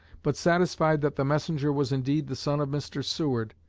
but satisfied that the messenger was indeed the son of mr. seward,